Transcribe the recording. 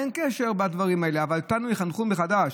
אין קשר בין הדברים האלה, אבל אותנו יחנכו מחדש.